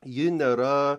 ji nėra